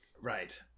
Right